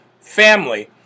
family